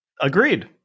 Agreed